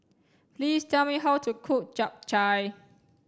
please tell me how to cook chap chai